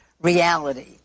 reality